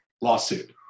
lawsuit